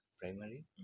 primary